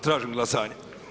Tražim glasanje.